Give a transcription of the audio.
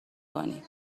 کنی